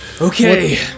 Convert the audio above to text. okay